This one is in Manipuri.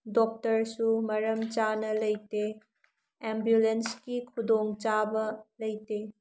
ꯗꯣꯛꯇꯔꯁꯨ ꯃꯔꯝ ꯆꯥꯅ ꯂꯩꯇꯦ ꯑꯦꯝꯕꯨꯂꯦꯟꯁꯀꯤ ꯈꯨꯗꯣꯡꯆꯥꯕ ꯂꯩꯇꯦ